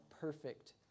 perfect